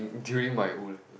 mm during my O-levels